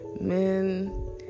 man